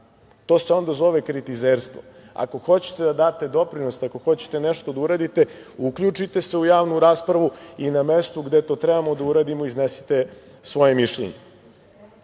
To se onda zove kritizerstvo. Ako hoćete da date doprinos, ako hoćete nešto da uradite uključite se u javnu raspravu i na mestu gde to trebamo da uradimo iznesete svoje mišljenje. Rekao